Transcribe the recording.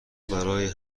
برای